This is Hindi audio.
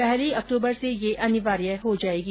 पहली अक्टूबर से यह अनिवार्य हो जाएगी